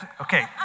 Okay